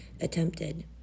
attempted